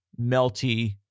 melty